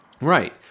right